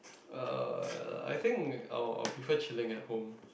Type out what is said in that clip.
uh I think I would prefer chilling at home